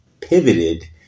pivoted